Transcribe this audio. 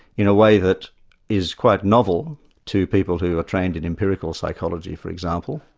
in a way that is quite novel to people who are trained in empirical psychology for example,